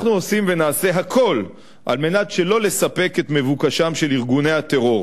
אנחנו עושים ונעשה הכול על מנת שלא לספק את מבוקשם של ארגוני הטרור,